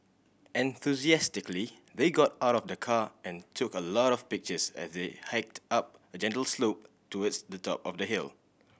enthusiastically they got out of the car and took a lot of pictures as they hiked up a gentle slope towards the top of the hill